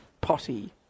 potty